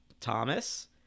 Thomas